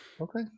Okay